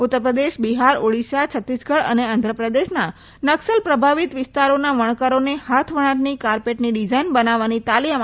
ઉત્તર પ્રદેશ બિહાર ઓડીશા છત્તીસગઢ અને આંધ્રપ્રદેશના નકસલ પ્રભાવીત વિસ્તારોના વણકરોને હાથવણાટની કાર્પેટની ડીઝાઇન બનાવવાની તાલીમ આપવામાં આવી હતી